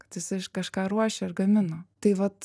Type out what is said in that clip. kad jisai iš kažką ruošė ir gamino tai vat